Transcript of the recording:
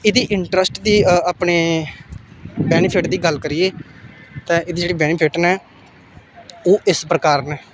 एहदे च इंटरेस्ट बी अपने बेनीफिट दी गल्ल करिये ते एहदे जेह्ड़े बेनीफिट न ओह् इस प्रकार न